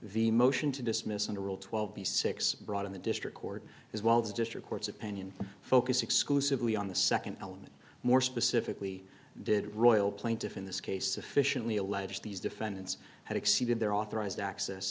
the motion to dismiss and a rule twelve b six brought in the district court as well as district court's opinion focus exclusively on the nd element more specifically did royal plaintiff in this case sufficiently allege these defendants had exceeded their authorized access